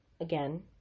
again